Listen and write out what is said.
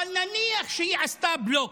אבל נניח שהיא עשתה בלוק,